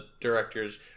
directors